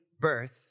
birth